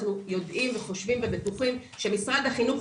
אנחנו יודעים וחושבים ובטוחים שמשרד החינוך